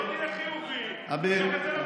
בוא תהיה חיובי וקח את זה למקום טוב.